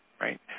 Right